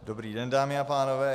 Dobrý den, dámy a pánové.